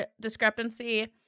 discrepancy